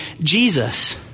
Jesus